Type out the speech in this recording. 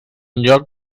lloc